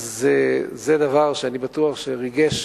זה דבר שאני בטוח שריגש